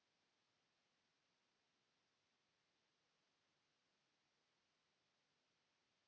Kiitos.